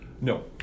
no